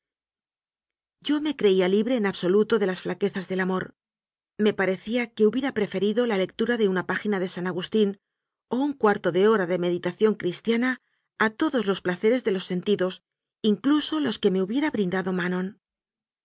yo me creía libre en absoluto de las flaquezas del amor me parecía que hubiera preferido la lec tura de una página de san agustín o un cuarto de hora de meditación cristiana a todos los place res de los sentidos incluso los que me hubiera brindado manon